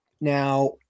now